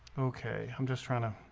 okay, i'm just trying to